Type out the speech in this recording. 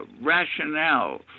rationale